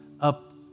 up